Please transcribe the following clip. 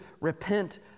repent